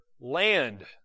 land